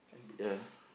ya